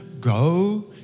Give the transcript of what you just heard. Go